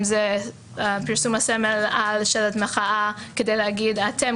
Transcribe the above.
אם זה פרסום סמל על שלט מחאה כדי להגיד "אתם